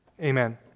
Amen